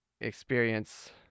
experience